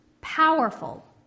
powerful